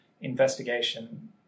investigation